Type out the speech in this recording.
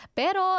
pero